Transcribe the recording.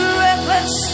reckless